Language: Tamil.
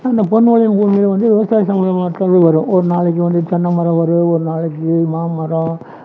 அந்த பொன் விளையும் பூமியில் வந்து விவசாயம் சம்மந்தப்பட்டது வரும் ஒரு நாளைக்கு வந்து தென்னை வந்து மரம் ஒரு நாளைக்கு மா மரம்